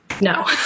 No